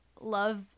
love